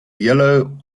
yellow